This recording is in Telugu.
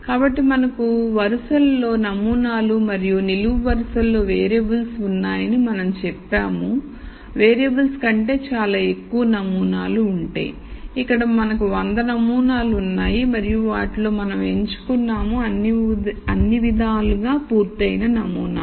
కాబట్టి మనకు వరుసలలో నమూనాలు మరియు నిలువు వరుసలలో వేరియబుల్స్ ఉన్నాయని మనం చెప్పాము వేరియబుల్స్ కంటే చాలా ఎక్కువ నమూనాలు ఉంటే ఇక్కడ మనకు 100 నమూనాలు ఉన్నాయి మరియు వాటిలో మనం ఎంచుకున్నాము అన్ని విధాలుగా పూర్తయిన నమూనాలు